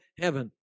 heaven